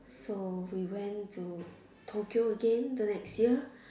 so we went to Tokyo again the next year